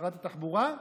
שרת התחבורה?